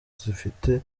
zifite